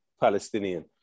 Palestinian